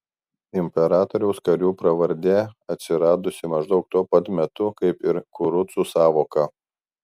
imperatoriaus karių pravardė atsiradusi maždaug tuo pat metu kaip ir kurucų sąvoka